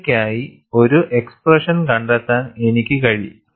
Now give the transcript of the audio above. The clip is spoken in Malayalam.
KI ക്കായി ഒരു എക്സ്പ്രെഷൻ കണ്ടെത്താൻ എനിക്ക് കഴിയും